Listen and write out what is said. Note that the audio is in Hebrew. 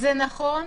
זה נכון